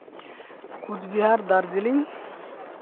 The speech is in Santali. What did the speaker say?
ᱠᱳᱪᱵᱤᱦᱟᱨ ᱫᱟᱨᱡᱤᱞᱤᱝ